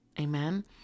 Amen